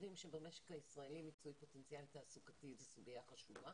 יודעים שבמשק הישראלי מיצוי פוטנציאל תעסוקתי הוא סוגיה חשובה